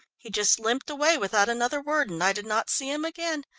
he just limped away without another word and i did not see him again,